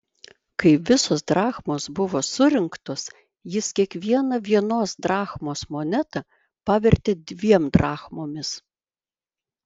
kai visos drachmos buvo surinktos jis kiekvieną vienos drachmos monetą pavertė dviem drachmomis